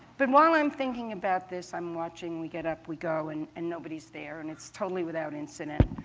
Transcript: but while i'm thinking about this, i'm watching, we get up, we go, and and nobody's there, and it's totally without incident.